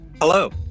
Hello